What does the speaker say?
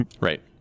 Right